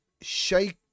Shake